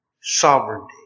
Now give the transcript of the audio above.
sovereignty